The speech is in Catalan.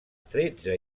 tretze